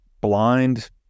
blind